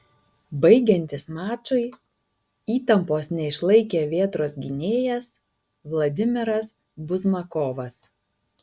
baigiantis mačui įtampos neišlaikė vėtros gynėjas vladimiras buzmakovas